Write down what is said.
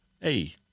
Hey